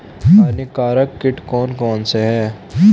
हानिकारक कीट कौन कौन से हैं?